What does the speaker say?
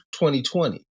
2020